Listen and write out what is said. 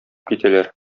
китәләр